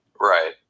right